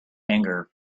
anger